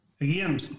Again